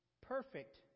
perfect